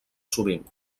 sovint